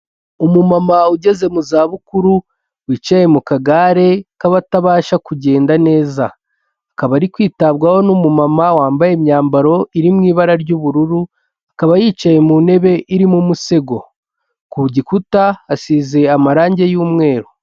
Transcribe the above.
Umu mama ugeze mu zabukuru wicaye mu kagare k'abatabasha kugenda neza, akaba ari kwitabwaho n'umu mama wambaye imyambaro iri mu ibara ry'ubururu akaba yicaye mu ntebe irimo umusego, ku gikuta hasizeye amarangi y'umweru.